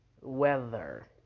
weather